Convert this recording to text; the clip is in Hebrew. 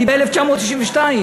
אני ב-1992.